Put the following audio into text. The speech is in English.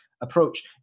approach